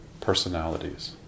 personalities